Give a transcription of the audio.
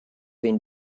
been